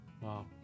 Wow